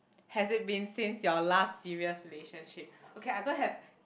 has it been since your last serious relationship okay I don't have